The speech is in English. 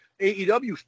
AEW